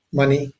money